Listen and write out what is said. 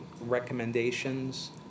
recommendations